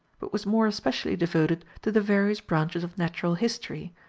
but was more especially devoted to the various branches of natural history,